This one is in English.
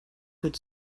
could